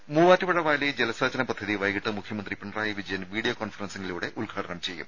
രമേ മൂവാറ്റുപുഴവാലി ജലസേചന പദ്ധതി വൈകിട്ട് മുഖ്യമന്ത്രി പിണറായി വിജയൻ വീഡിയോ കോൺഫറൻസിംഗിലൂടെ ഉദ്ഘാടനം ചെയ്യും